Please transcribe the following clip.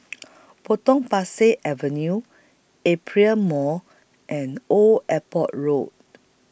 Potong Pasir Avenue Aperia Mall and Old Airport Road